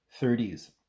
30s